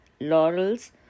laurels